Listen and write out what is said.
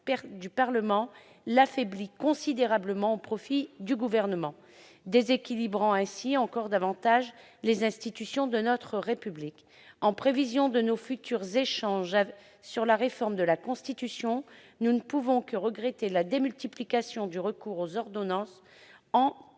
du Parlement l'affaiblit considérablement au profit du Gouvernement, déséquilibrant davantage encore les institutions de notre République. En prévision de nos futurs échanges sur la réforme de la Constitution, nous ne pouvons que déplorer la démultiplication du recours aux ordonnances.